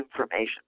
information